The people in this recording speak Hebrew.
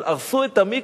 אבל הרסו גם את המקווה.